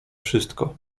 wszystko